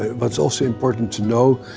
but it's also important to know,